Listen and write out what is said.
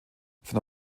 von